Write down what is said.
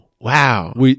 Wow